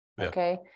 okay